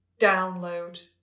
download